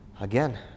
Again